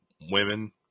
women